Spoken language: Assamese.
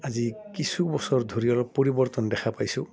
আজি কিছু বছৰ ধৰি অলপ পৰিৱৰ্তন দেখা পাইছোঁ